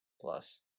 plus